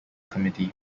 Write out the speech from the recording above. committee